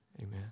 Amen